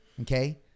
Okay